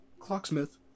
clocksmith